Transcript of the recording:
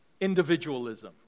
individualism